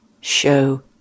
show